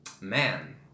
man